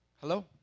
Hello